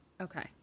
Okay